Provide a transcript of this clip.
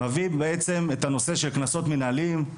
מביא בעצם את הנושא של קנסות מנהליים,